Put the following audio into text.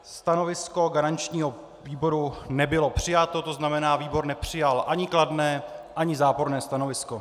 Stanovisko garančního výboru nebylo přijato, to znamená, výbor nepřijal ani kladné, ani záporné stanovisko.